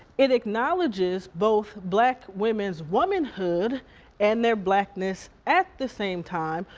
it acknowledges both black women's womanhood and their blackness at the same time,